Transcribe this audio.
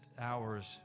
hours